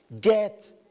get